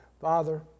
Father